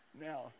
Now